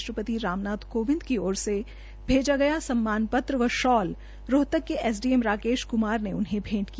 राष्ट्रपति राम नाथ कोविड की ओर भेजा गया सम्मान पत्र य शाल रोहतक के S D M Rakesh Kumar ने उन्हें भैंट किया